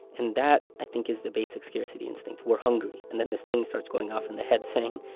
and that, i think, is the basic scarcity instinct. we're hungry. and then this thing starts going off in the head saying,